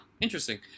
Interesting